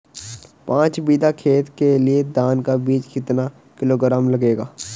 पाँच बीघा खेत के लिये धान का बीज कितना किलोग्राम लगेगा?